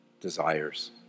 desires